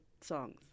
songs